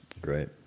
great